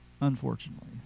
unfortunately